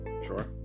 sure